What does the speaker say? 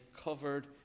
covered